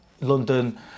London